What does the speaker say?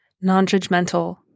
non-judgmental